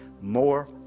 more